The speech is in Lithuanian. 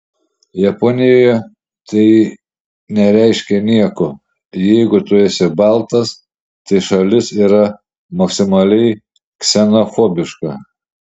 japonijoje tai nereiškia nieko jeigu tu esi baltas tai šalis yra maksimaliai ksenofobiška